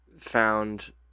found